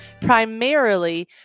primarily